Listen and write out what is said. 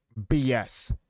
BS